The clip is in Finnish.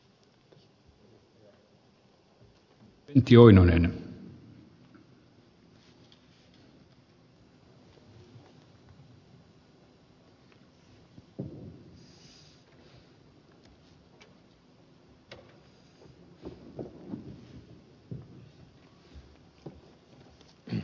arvoisa puhemies